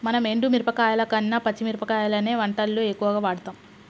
మనం ఎండు మిరపకాయల కన్న పచ్చి మిరపకాయలనే వంటల్లో ఎక్కువుగా వాడుతాం